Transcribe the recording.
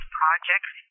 projects